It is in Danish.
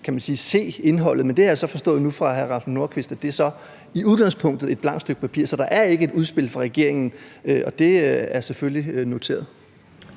kunne se indholdet, men jeg har så forstået nu fra hr. Rasmus Nordqvist, at det i udgangspunktet er et blankt stykke papir, så der er ikke et udspil fra regeringen. Det er selvfølgelig noteret.